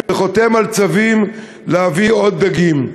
וחותם על צווים להביא עוד דגים.